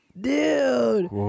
Dude